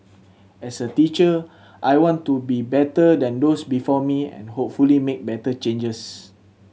as a teacher I want to be better than those before me and hopefully make better changes